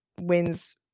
wins